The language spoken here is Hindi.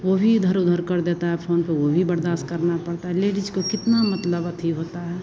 वो भी इधर उधर कर देता है फ़ोन पर वो भी बर्दाश्त करना पड़ता है लेडीज को कितना मतलब अथि होता है